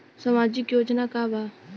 सामाजिक योजना का बा?